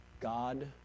God